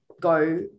go